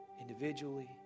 individually